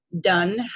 Done